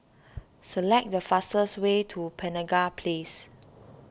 select the fastest way to Penaga Place